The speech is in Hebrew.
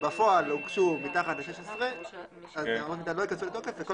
בפועל הוגשו מתחת ל-16 אז אמות המידה לא ייכנסו לתוקף וכל